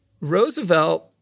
Roosevelt